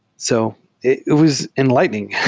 so it it was enlightening.